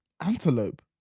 Antelope